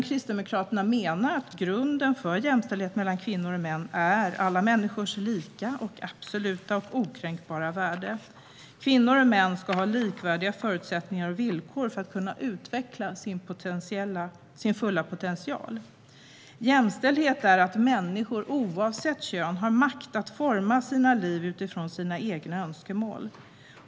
Kristdemokraterna menar att grunden för jämställdhet mellan kvinnor och män är alla människors lika, absoluta och okränkbara värde. Kvinnor och män ska ha likvärdiga förutsättningar och villkor för att kunna utveckla sin fulla potential. Jämställdhet är att människor, oavsett kön, har makt att forma sitt liv utifrån sina egna önskemål.